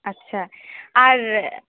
আচ্ছা আর